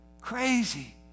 Crazy